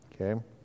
okay